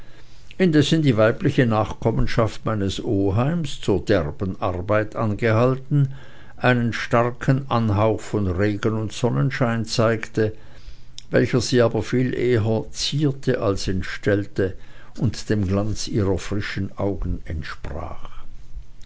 indessen die weibliche nachkommenschaft meines oheims zur derben arbeit gehalten einen starken anhauch von regen und sonnenschein zeigte welcher sie aber viel eher zierte als entstellte und dem glanze ihrer frischen augen entsprach